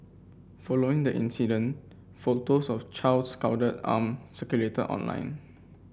following the incident photos of the child's scalded arm circulated online